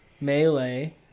Melee